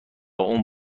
اون